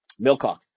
milcock